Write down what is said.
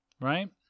Right